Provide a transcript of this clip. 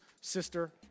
sister